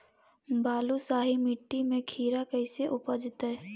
बालुसाहि मट्टी में खिरा कैसे उपजतै?